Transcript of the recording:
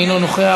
אינו נוכח,